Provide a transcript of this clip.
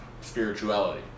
spirituality